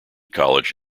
college